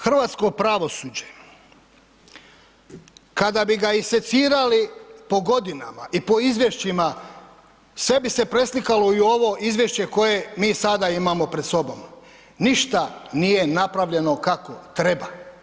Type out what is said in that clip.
Hrvatsko pravosuđe, kada bi ga isecirali po godinama i po Izvješćima, sve bi se preslikalo i u ovo Izvješće koje mi sada imamo pred sobom, ništa nije napravljeno kako treba.